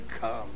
Come